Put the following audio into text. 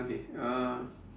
okay uh